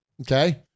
okay